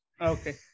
Okay